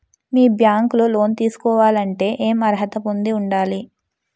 మీ bank లో loan తీసుకోవాలంటే ఎం అర్హత పొంది ఉండాలి?